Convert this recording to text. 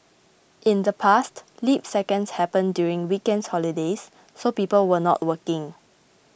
in the past leap seconds happened during weekends holidays so people were not working